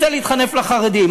רוצה להתחנף לחרדים,